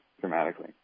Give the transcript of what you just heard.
dramatically